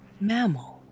mammal